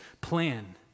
plan